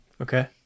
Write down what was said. Okay